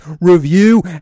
review